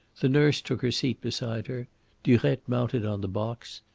the nurse took her seat beside her durette mounted on the box.